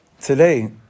Today